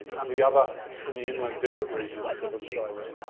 and the other in the inland desert regions of australia.